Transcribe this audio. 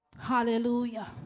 Hallelujah